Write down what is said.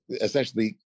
essentially